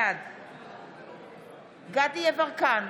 בעד דסטה גדי יברקן,